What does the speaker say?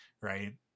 right